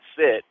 sit